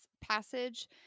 passage